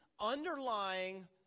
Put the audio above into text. underlying